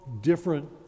different